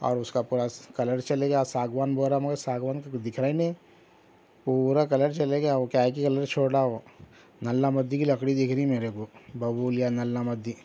اور اس کا پورا کلر چلا گیا ساگوان بول رہا ہے مگر ساگوان سا تو کچھ دکھ رہا ہی نہیں پورا کلر چلا گیا وہ کیا ہے کہ کلر چھوڑ رہا وہ نلا مدی کی لکڑی دکھ رہی میرے کو ببول یا نلا مدی